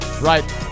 right